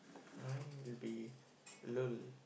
mine will be lull